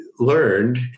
learned